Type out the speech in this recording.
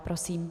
Prosím.